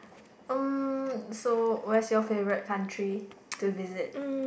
um so where's your favourite country to visit